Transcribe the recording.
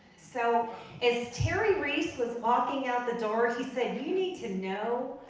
so as terry reece was walking out the door he said you need to know,